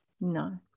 No